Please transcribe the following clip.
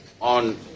on